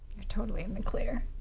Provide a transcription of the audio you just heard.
you're totally in the clear.